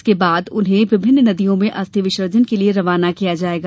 इसके बाद उन्हें विभिन्न नदियों में अस्थि विसर्जन के लिए रवाना किया जाएगा